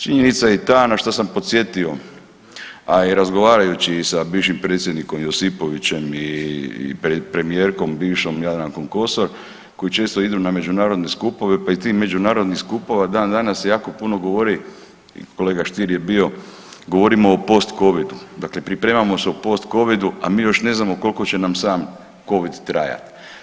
Činjenica je i ta na šta sam podsjetio, a i razgovarajući i sa bivšim predsjednikom Josipovićem i premijerkom bivšom Jadrankom Kosor koji često idu na međunarodne skupove, pa i ti međunarodnih skupova dan danas se jako puno govori, kolega Stier je bio, govorimo o post covidu, dakle pripremamo se o post covidu, a mi još ne znamo kolko će nam sam covid trajat.